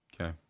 Okay